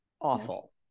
awful